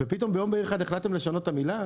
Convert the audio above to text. ויום בהיר אחד פתאום החלטתם לשנות את המילה?